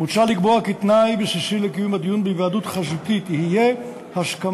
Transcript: מוצע לקבוע כי תנאי בסיסי לקיום הדיון בהיוועדות חזותית יהיה הסכמת